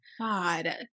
God